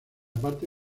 parte